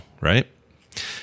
right